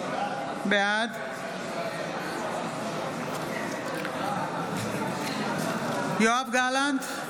בעד יואב גלנט,